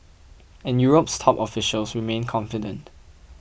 and Europe's top officials remain confident